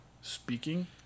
speaking